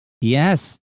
Yes